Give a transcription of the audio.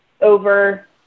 over